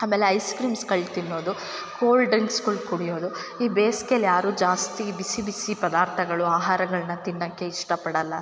ಅಮೇಲೆ ಐಸ್ ಕ್ರೀಮ್ಸಮ್ಸ್ಗಳು ತಿನ್ನೋದು ಕೋಲ್ಡ್ ಡ್ರಿಂಕ್ಸ್ಗಳ್ ಕುಡಿಯೋದು ಈ ಬೇಸ್ಗೆಲಿ ಯಾರು ಜಾಸ್ತಿ ಬಿಸಿ ಬಿಸಿ ಪದಾರ್ಥಗಳು ಆಹಾರಗಳನ್ನ ತಿನ್ನೊಕ್ಕೆ ಇಷ್ಟಪಡೋಲ್ಲ